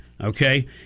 Okay